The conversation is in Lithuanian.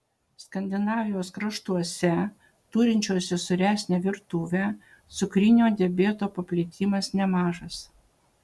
skandinavijos kraštuose turinčiuose sūresnę virtuvę cukrinio diabeto paplitimas nemažas